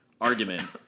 argument